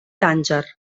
tànger